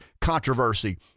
controversy